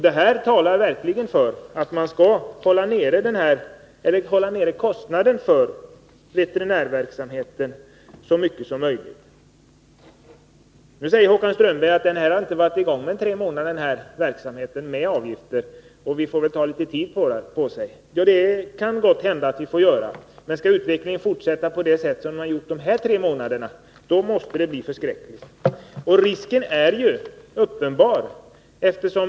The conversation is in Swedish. Detta talar verkligen för att man skall hålla nere kostnaden för veterinärverksamheten så mycket som möjligt. Håkan Strömberg säger att denna verksamhet med avgifter inte har varit i gång i mer än tre månader och att vi får ta litet tid på oss. Det kan gott hända att vi får göra det, men skall utvecklingen fortsätta på samma sätt som under de här tre månaderna blir det förskräckligt. Risken för det är uppenbar.